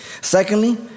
Secondly